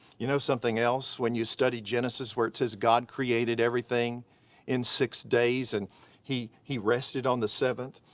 you know something else, when you study genesis where it says god created everything in six days and he he rested on the seventh,